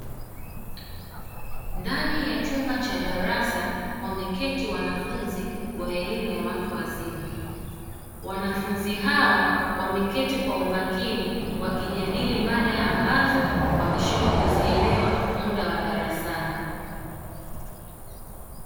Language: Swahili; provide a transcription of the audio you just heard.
Ndani ya chumba cha darasa wameketi wanafunzi wa elimu ya watu wazima, wanafunzi hawa wameketi kwa umakini wakijadili mada ambazo wameshindwa kuzielewa muda wa darasani.